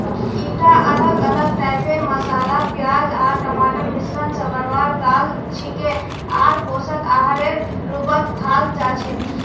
ईटा अलग अलग टाइपेर मसाला प्याज आर टमाटरेर मिश्रण स बनवार दाल छिके आर पोषक आहारेर रूपत खाल जा छेक